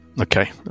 Okay